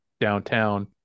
downtown